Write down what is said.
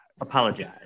Apologize